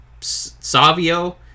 savio